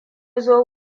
zo